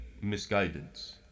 Misguidance